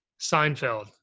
Seinfeld